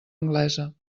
anglesa